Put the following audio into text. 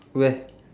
where